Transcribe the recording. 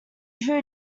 whom